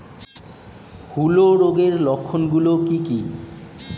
হূলো রোগের লক্ষণ গুলো কি কি?